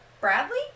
Bradley